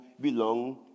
belong